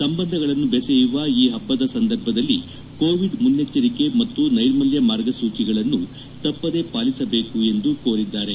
ಸಂಬಂಧಗಳನ್ನು ಬೆಸೆಯುವ ಈ ಪಬ್ದದ ಸಂದರ್ಭದಲ್ಲಿ ಕೋವಿಡ್ ಮುನ್ನೆಚ್ವರಿಕೆ ಮತ್ತು ನೈರ್ಮಲ್ಯ ಮಾರ್ಗಸೂಚಿಗಳನ್ನು ತಪ್ಪದೇ ಪಾಲಿಸಬೇಕು ಎಂದು ಕೋರಿದ್ದಾರೆ